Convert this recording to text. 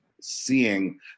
seeing